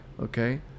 okay